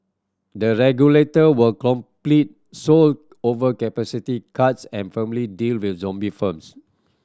the regulator will complete overcapacity cuts and firmly deal with zombie firms